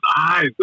eyes